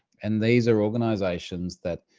and these are organizations that,